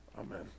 Amen